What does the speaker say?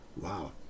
Wow